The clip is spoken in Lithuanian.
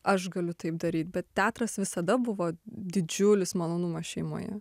aš galiu taip daryt bet teatras visada buvo didžiulis malonumas šeimoje